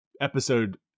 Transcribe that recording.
episode